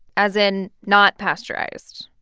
as in not pasteurized.